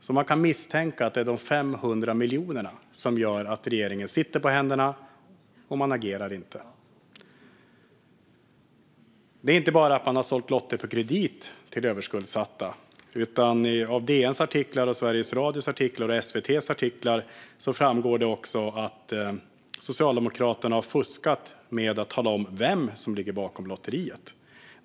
Så man kan misstänka att det är de 500 miljonerna som gör att regeringen sitter på händerna och inte agerar. Det är inte bara att man har sålt lotter på kredit till överskuldsatta, utan i DN, Sveriges Radio och SVT framgår också att Socialdemokraterna har fuskat med att tala om vem som ligger bakom lotteriet.